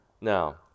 Now